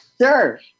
Sure